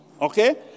okay